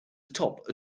atop